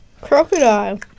Crocodile